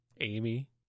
Amy